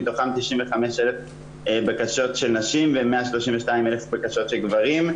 מתוכן 95,000 בקשות של נשים ו-132,000 בקשות של גברים,